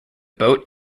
boat